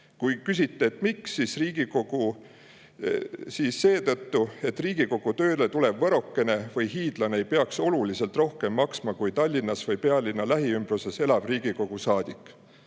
Kui küsite, miks, siis seetõttu, et Riigikogu tööle tulev võrokene või hiidlane ei peaks oluliselt rohkem maksma kui Tallinnas või pealinna lähiümbruses elav Riigikogu saadik.